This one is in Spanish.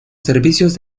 servicios